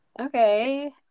Okay